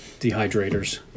dehydrators